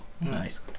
Nice